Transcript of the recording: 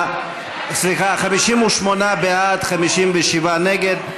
58 בעד, 57 נגד.